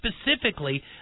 specifically